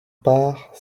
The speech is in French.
part